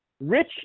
Rich